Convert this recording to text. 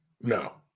No